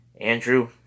Andrew